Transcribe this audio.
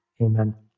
amen